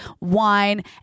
wine